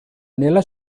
nella